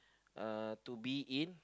uh to be in